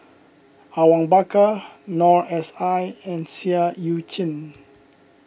Awang Bakar Noor S I and Seah Eu Chin